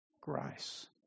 grace